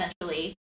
essentially